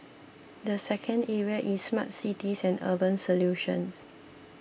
the second area is smart cities and urban solutions